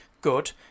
good